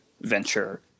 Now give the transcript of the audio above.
venture